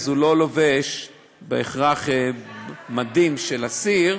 הוא לא לובש בהכרח מדים של אסיר.